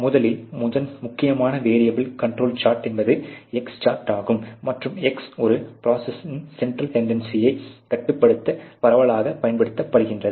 முதலில் முக்கியமான variable control chart என்பது X சார்ட் ஆகும் மற்றும் X ஒரு பிரோசஸின் சென்டரல் டென்டென்னசியை கட்டுப்படுத்த பரவலாகப் பயன்படுத்தப்படுகிறது